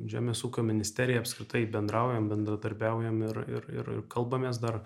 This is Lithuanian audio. žemės ūkio ministerija apskritai bendraujam bendradarbiaujam ir ir kalbamės dar